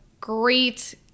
great